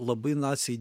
labai naciai